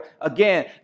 Again